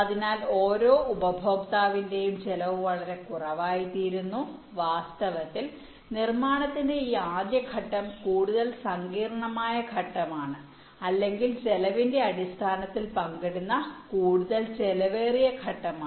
അതിനാൽ ഓരോ ഉപഭോക്താവിന്റെയും ചെലവ് വളരെ കുറവായിത്തീരുന്നു വാസ്തവത്തിൽ നിർമ്മാണത്തിന്റെ ഈ ആദ്യ ഘട്ടം കൂടുതൽ സങ്കീർണ്ണമായ ഘട്ടമാണ് അല്ലെങ്കിൽ ചെലവിന്റെ അടിസ്ഥാനത്തിൽ പങ്കിടുന്ന കൂടുതൽ ചെലവേറിയ ഘട്ടമാണ്